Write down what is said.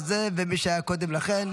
בזכות כל באי הבית הזה ומי שהיה קודם לכן.